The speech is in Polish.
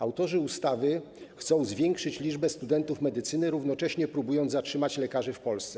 Autorzy ustawy chcą zwiększyć liczbę studentów medycyny, równocześnie próbując zatrzymać lekarzy w Polsce.